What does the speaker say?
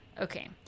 Okay